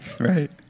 Right